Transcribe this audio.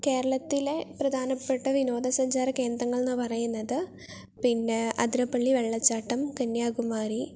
കേരളത്തിലെ പ്രധാനപ്പെട്ട വിനോദ സഞ്ചാരകേന്ദ്രങ്ങൾ എന്നുപറയുന്നത് പിന്നെ അതിരപ്പള്ളി വെള്ളച്ചാട്ടം കന്യാകുമാരി